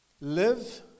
Live